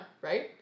right